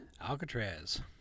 Alcatraz